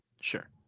Sure